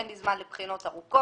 אין לי זמן לבחינות ארוכות".